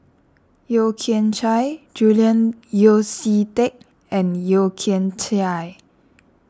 Yeo Kian Chye Julian Yeo See Teck and Yeo Kian Chai